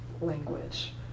language